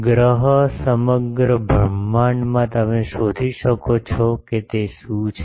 ગ્રહ સમગ્ર બ્રહ્માંડમાં તમે શોધી શકો છો કે તે શું છે